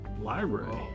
Library